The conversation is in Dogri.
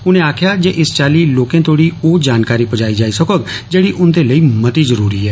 उनें आक्खेआ जे इस चाल्ली लोकें तोह्ड़ी ओह् जानकारी पजाई जाई सकोग जेह्ड़ी उन्दे लेई मती जरूरी ऐ